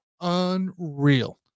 Unreal